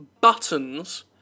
buttons